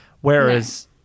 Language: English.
whereas